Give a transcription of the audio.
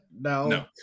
No